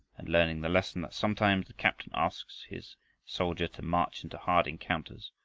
and learning the lesson that sometimes the captain asks his soldier to march into hard encounters,